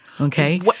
okay